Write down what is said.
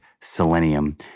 selenium